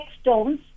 stones